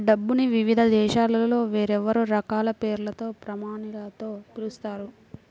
డబ్బుని వివిధ దేశాలలో వేర్వేరు రకాల పేర్లతో, ప్రమాణాలతో పిలుస్తారు